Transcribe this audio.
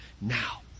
Now